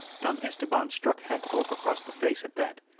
don esteban struck hagthorpe across the face at that,